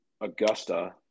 Augusta